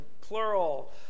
plural